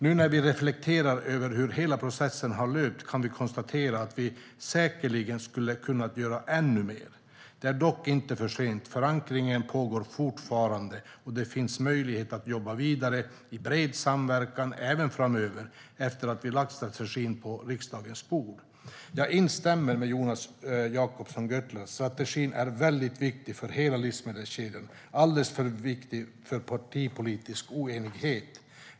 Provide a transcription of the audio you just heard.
Nu när vi reflekterar över hur hela processen har löpt kan vi konstatera att vi säkerligen skulle ha kunnat göra ännu mer. Det är dock inte försent, förankringen pågår fortfarande och det finns möjlighet att jobba vidare i bred samverkan även framöver, efter det att vi har lagt strategin på riksdagens bord. Jag instämmer med Jonas Jacobsson Gjörtler i att strategin är väldigt viktig för hela livsmedelskedjan, alldeles för viktig för partipolitisk oenighet.